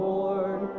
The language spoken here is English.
Lord